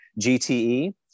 GTE